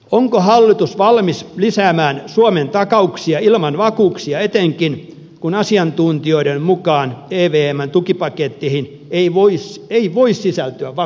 onko hallitus valmis lisäämään suomen takauksia ilman vakuuksia etenkin kun asiantuntijoiden mukaan terveemmän tukipaketteihin ei voi ei voi sisältyä val